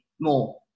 more